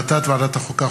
החלטת ועדת החוקה,